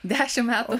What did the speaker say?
dešimt metų